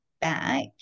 back